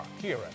Kira